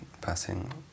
passing